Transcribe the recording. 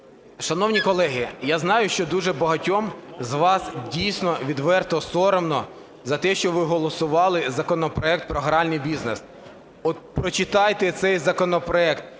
Шановні колеги, я знаю, що дуже багатьом з вас дійсно відверто соромно за те, що ви голосували законопроект про гральний бізнес. От прочитайте цей законопроект